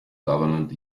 government